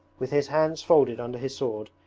with his hands folded under his sword,